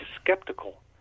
skeptical